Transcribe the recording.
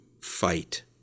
fight